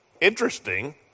interesting